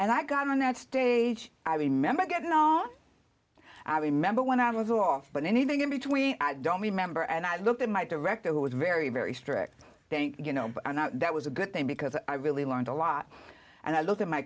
and i got on that stage i remember getting all i remember when i was off but anything in between i don't remember and i looked at my director who was very very strict thank you know that was a good thing because i really learned a lot and i looked at my